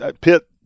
Pitt